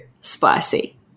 spicy